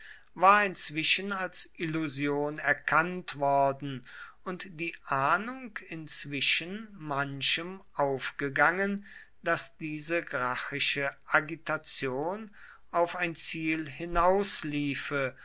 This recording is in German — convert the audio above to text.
war inzwischen als illusion erkannt worden und die ahnung inzwischen manchem aufgegangen daß diese gracchische agitation auf ein ziel